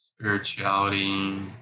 Spirituality